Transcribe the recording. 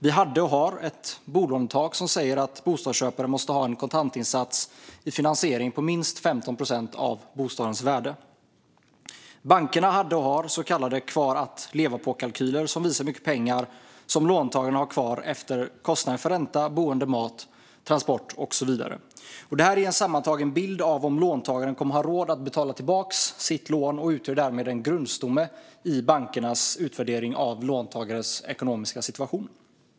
Vi hade och har ett bolånetak som säger att en bostadsköpare måste ha en kontantinsats för finansiering på minst 15 procent av bostadens värde. Bankerna hade och har så kallade kvar-att-leva-på-kalkyler som visar hur mycket pengar som låntagaren har kvar efter kostnader för ränta, boende, mat, transport och så vidare. Detta ger en sammantagen bild av om låntagaren kommer att ha råd att betala tillbaka sitt lån och utgör därmed en grundstomme i bankernas utvärdering av låntagarens ekonomiska situation.